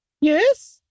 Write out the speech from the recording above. Yes